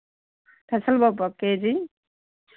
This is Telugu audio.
పెసరపప్పు ఒక కేజీ